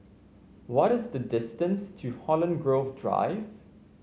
what is the distance to Holland Grove Drive